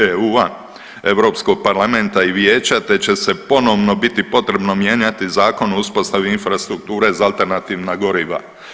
EU, EU Parlamenta i Vijeća te će se ponovno biti potrebno mijenjati Zakon o uspostavi infrastrukture za alternativna goriva.